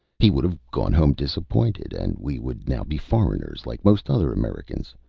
he would have gone home disappointed, and we would now be foreigners, like most other americans.